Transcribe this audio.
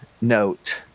note